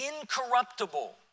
incorruptible